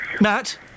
Matt